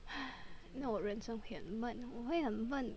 if not 我的人生会很闷我会很闷